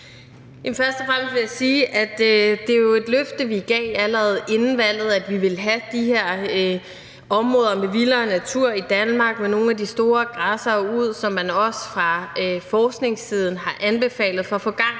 Først og fremmest vil jeg sige, at det jo er et løfte, vi gav allerede inden valget, at vi ville have de her områder med vildere natur i Danmark med nogle af de store græssere sat derud, som man også har anbefalet fra forskningssiden for at få gang